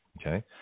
okay